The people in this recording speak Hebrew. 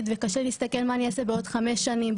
וקשה לי להסתכל מה אני אעשה בעוד חמש שנים,